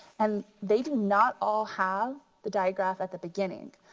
and they do not all have the diagraph at the beginning.